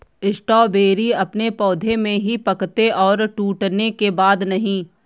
strawberry अपने पौधे में ही पकते है टूटने के बाद नहीं